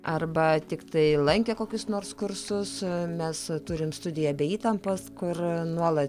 arba tiktai lankę kokius nors kursus mes turim studiją be įtampos kur nuolat